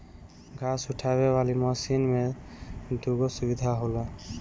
घास उठावे वाली मशीन में दूगो सुविधा होला